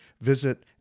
Visit